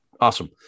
awesome